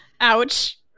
ouch